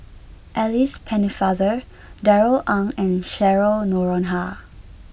Alice Pennefather Darrell Ang and Cheryl Noronha